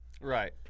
Right